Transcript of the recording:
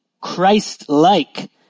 Christ-like